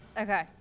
Okay